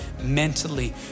mentally